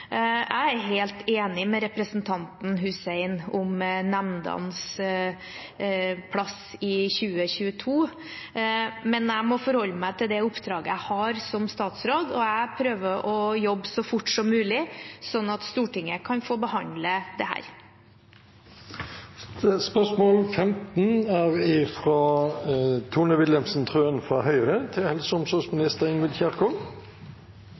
Jeg er helt enig med representanten Hussein om nemndenes plass i 2022, men jeg må forholde meg til det oppdraget jeg har som statsråd. Jeg prøver å jobbe så fort som mulig, sånn at Stortinget kan få behandle dette. «Barn med cerebral parese fra hele landet får i dag tilgang til